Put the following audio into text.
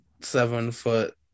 seven-foot